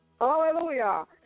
hallelujah